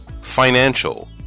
Financial